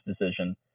decision